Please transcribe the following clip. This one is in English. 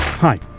Hi